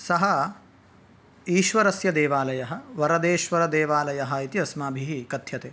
सः ईश्वरस्य देवालयः वरदेश्वरदेवालयः इति अस्माभिः कथ्यते